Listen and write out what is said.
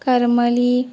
Karmali